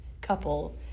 couple